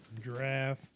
giraffe